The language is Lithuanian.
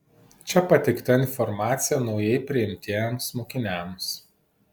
čia pateikta informacija naujai priimtiems mokiniams